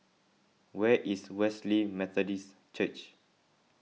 where is Wesley Methodist Church